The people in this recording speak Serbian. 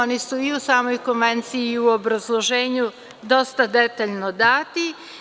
Oni su i u samoj konvenciji i u obrazloženju dosta detaljno dati.